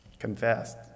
confessed